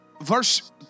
Verse